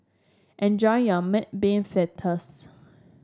enjoy your Mung Bean Fritters